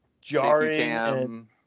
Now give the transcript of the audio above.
jarring